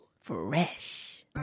Fresh